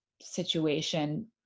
situation